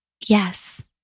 Yes